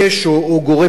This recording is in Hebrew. או גורם אחר,